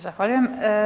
Zahvaljujem.